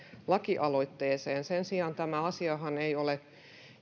lakialoitteeseenne sen sijaan tämä asiahan ei ole